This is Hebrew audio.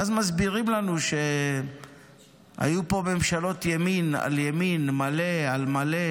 ואז מסבירים לנו שהיו פה ממשלות ימין מלא על מלא,